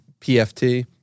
PFT